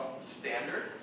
standard